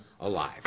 alive